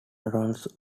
runs